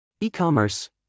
e-commerce